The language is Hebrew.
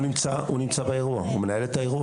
הוא נמצא באירוע, הוא מנהל את האירוע.